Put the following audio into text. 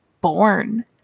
born